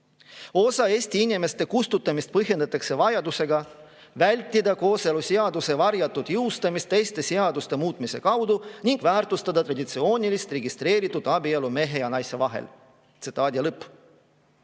Eesti inimeste kustutamist põhjendatakse vajadusega "vältida kooseluseaduse varjatud jõustamist teiste seaduste muutmise kaudu ning väärtustada traditsioonilist registreeritud abielu mehe ja naise vahel." (Tsitaadi lõpp.)